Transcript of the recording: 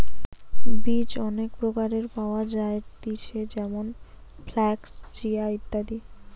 বীজ অনেক প্রকারের পাওয়া যায়তিছে যেমন ফ্লাক্স, চিয়া, ইত্যাদি